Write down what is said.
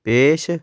ਪੇਸ਼